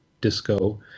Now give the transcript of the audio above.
disco